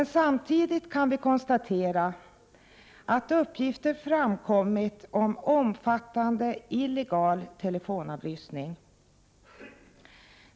Samtidigt kan vi konstatera att uppgifter framkommit om omfattande illegal telefonavlyssning.